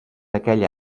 aquella